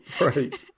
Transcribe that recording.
Right